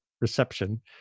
reception